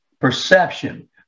perception